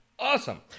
Awesome